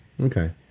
Okay